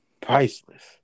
priceless